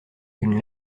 une